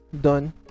done